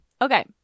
Okay